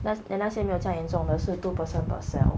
那些那些没有这样严重的是 two person per cell